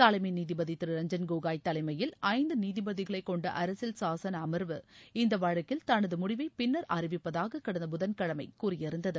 தலைமை நீதிபதி திரு ரஞ்சன் கோகோய் தலைமையில் ஐந்து நீதிபதிகளைக் கொண்ட அரசியல் சாசன அமர்வு இந்த வழக்கில் தனது முடிவை பின்னர் அறிவிப்பதாக கடந்த புதன்கிழமை கூறியிருந்தது